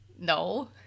No